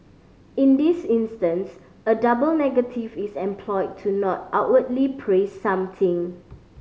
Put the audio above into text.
in this instance a double negative is employed to not outwardly praise something